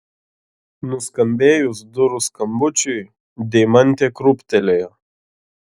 nuskambėjus durų skambučiui deimantė krūptelėjo